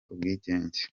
ubwigenge